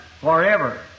forever